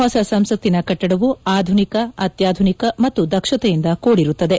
ಹೊಸ ಸಂಸತ್ತಿನ ಕಟ್ಟಡವು ಆಧುನಿಕ ಅತ್ಯಾಧುನಿಕ ಮತ್ತು ದಕ್ಷತೆಯಿಂದ ಕೂಡಿರುತ್ತದೆ